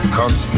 Cause